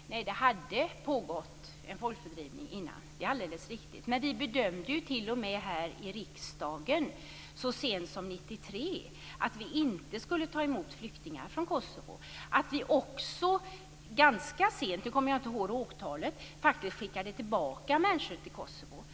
Fru talman! Nej, det hade pågått en folkfördrivning innan; det är alldeles riktigt. Men vi bedömde ju t.o.m. här i riksdagen så sent som 1993 att vi inte skulle ta emot flyktingar från Kosovo. Ganska sent - jag kommer inte ihåg årtalet - skickade vi faktiskt tillbaka människor till Kosovo.